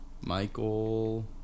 Michael